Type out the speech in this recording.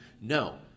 No